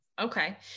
Okay